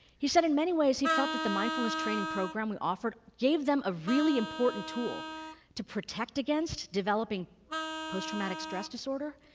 he said in many ways, he felt that the mindfulness training program we offered gave them a really important tool to protect against developing post-traumatic stress disorder,